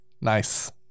Nice